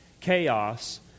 chaos